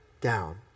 down